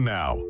now